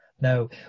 no